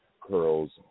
curls